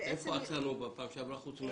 למיטב זיכרוני,